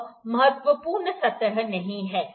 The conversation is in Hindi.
यह महत्वपूर्ण सतह नहीं है